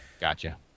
Gotcha